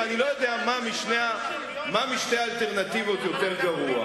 ואני לא יודע מה משתי האלטרנטיבות יותר גרוע.